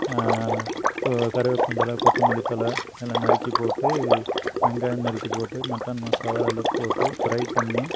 கோ கருவேப்பந்தழை கொத்தமல்லி தழை எல்லாம் நறுக்கி போட்டு வெங்காயம் நறுக்கி போட்டு மட்டன் மசாலா எல்லாம் போட்டு ஃப்ரை பண்ணி